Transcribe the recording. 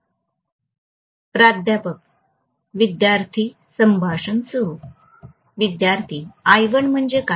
"प्राध्यापक विद्यार्थी संभाषण सुरू" विद्यार्थीः I1 म्हणजे काय